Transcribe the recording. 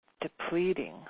depleting